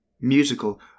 musical